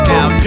Now